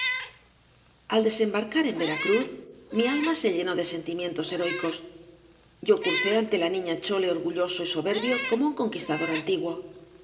al desembarcar en veracruz mi alma se llenó de sentimientos heroicos yo crucé ante la niña chole orgulloso y soberbio como un conquistador antiguo